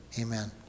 amen